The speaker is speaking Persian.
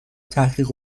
تحقیق